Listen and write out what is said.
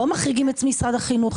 לא מחריגים את משרד החינוך.